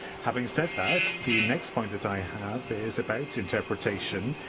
having said that, the next point that i have is about interpretation.